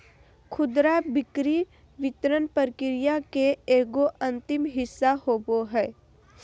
खुदरा बिक्री वितरण प्रक्रिया के एगो अंतिम हिस्सा होबो हइ